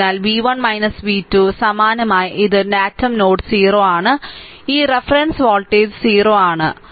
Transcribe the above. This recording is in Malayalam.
അതിനാൽ v 1 v 2 സമാനമായി ഇത് ഡാറ്റം നോഡ് O ആണ് ഈ റഫറൻസ് വോൾട്ടേജ് 0 ആണ് ശരി